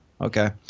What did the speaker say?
okay